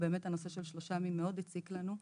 הנושא של שלושה ימים מאוד הציק לנו.